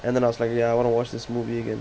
and then I was like ya want to watch this movie again